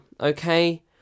okay